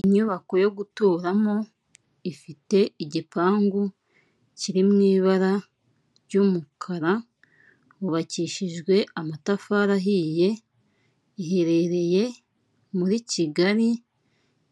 Inyubako yo guturamo, ifite igipangu kiri mu ibara ry'umukara, hubakishijwe amatafari ahiye, iherereye muri Kigali,